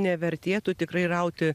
nevertėtų tikrai rauti